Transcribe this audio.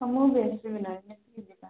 ହଉ ବି ଆଜି ଯିବି ନହେଲେ ମିଶିକି ଯିବା